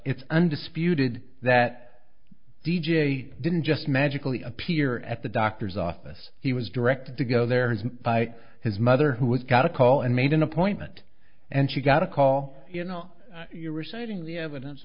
it's undisputed that d j didn't just magically appear at the doctor's office he was directed to go there isn't by his mother who had got a call and made an appointment and she got a call you know you're reciting the evidence